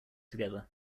together